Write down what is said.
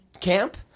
camp